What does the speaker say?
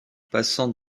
passant